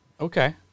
Okay